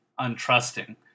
untrusting